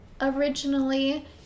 originally